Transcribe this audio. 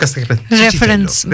Reference